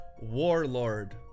warlord